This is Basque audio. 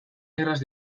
erraz